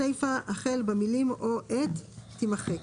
הסיפה החל במילים "או את" תימחק.